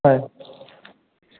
হয়